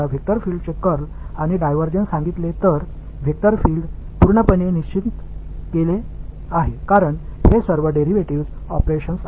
எனவே ஒருவெக்டர் field curl மற்றும் டைவர்ஜன்ஸ் நீங்கள் என்னிடம் சொன்னால் வெக்டர் ஃபில்டு ஒரு கான்ஸ்டன்ட் வரை எனக் குறிப்பிடப்படுகிறது ஏனெனில் இவை அனைத்தும் டிரைவேடிவ் பங்க்ஷன்கள்